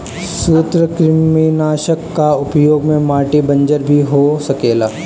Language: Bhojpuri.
सूत्रकृमिनाशक कअ उपयोग से माटी बंजर भी हो सकेला